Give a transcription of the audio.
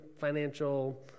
financial